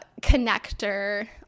connector